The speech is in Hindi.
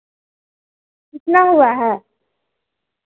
कितना हुआ है